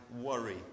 worry